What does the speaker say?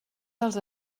dels